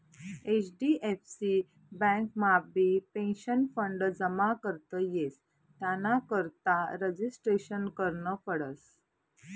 HDFC बँकमाबी pension fund जमा करता येस त्यानाकरता रजिस्ट्रेशन करनं पडस